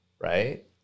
right